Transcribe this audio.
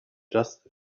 just